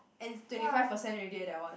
and twenty five percent already leh that one